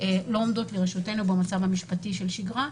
לא עומדות לרשותנו במצב משפטי של שגרה.